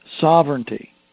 sovereignty